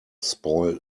spoil